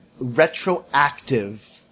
retroactive